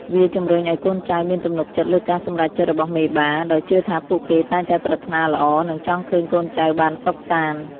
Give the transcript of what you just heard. វាជំរុញឱ្យកូនចៅមានទំនុកចិត្តលើការសម្រេចចិត្តរបស់មេបា ដោយជឿថាពួកគេតែងតែប្រាថ្នាល្អ និងចង់ឃើញកូនចៅបានសុខសាន្ដ។